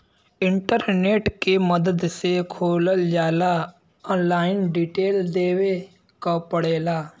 internet के मदद से खोलल जाला ऑनलाइन डिटेल देवे क पड़ेला